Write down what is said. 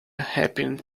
happened